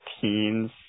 teens